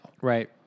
right